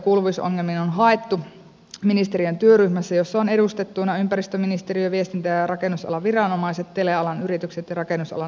ratkaisuja kuuluvuusongelmiin on haettu ministeriön työryhmässä jossa ovat edustettuina ympäristöministeriö viestintä ja rakennusalan viranomaiset telealan yritykset ja rakennusalan asiantuntijat